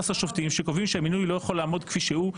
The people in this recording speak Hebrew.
שופטים שקובעים שהמינוי לא יכול לעמוד כפי שהוא,